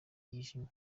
yijimye